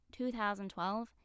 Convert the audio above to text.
2012